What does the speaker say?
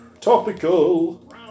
Topical